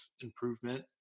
improvement